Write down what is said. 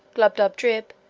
glubbdubdrib,